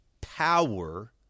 power